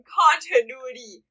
continuity